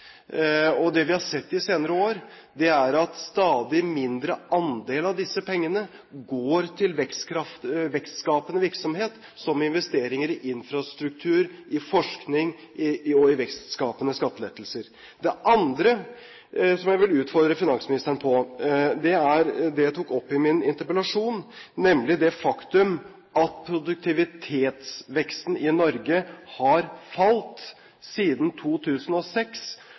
Hvordan bruker vi disse pengene? Det vi har sett de senere år, er at en stadig mindre andel av disse pengene går til vekstskapende virksomhet, som investeringer i infrastruktur, i forskning og i vekstskapende skattelettelser. Det andre jeg vil utfordre finansministeren på, er det jeg tok opp i min interpellasjon, nemlig det faktum at produktivitetsveksten i Norge har falt siden 2006,